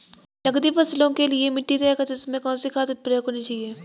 नकदी फसलों के लिए मिट्टी तैयार करते समय कौन सी खाद प्रयोग करनी चाहिए?